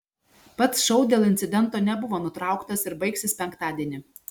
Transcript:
pats šou dėl incidento nebuvo nutrauktas ir baigsis penktadienį